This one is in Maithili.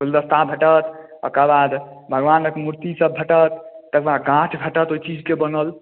गुलदस्ता भेटत ओकर बाद भगवानक मूर्ति सब भेटत तकरबाद गाछ भेटत ओहि चीजके बनल